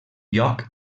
lloc